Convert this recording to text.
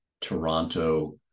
Toronto